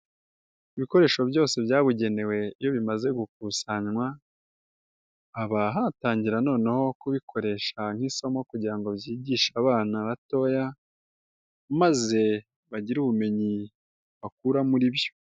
Ibikoresho byose byabugenewe iyo bimaze gukusanywa, haba hatangira noneho kubikoresha nk'isomo kugira ngo byigishe abana batoya maze bagire ubumenyi bakura muri byo.